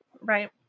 Right